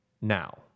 now